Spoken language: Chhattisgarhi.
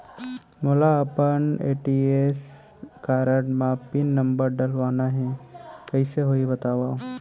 मोला अपन ए.टी.एम कारड म पिन नंबर डलवाना हे कइसे होही बतावव?